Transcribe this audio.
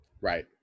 right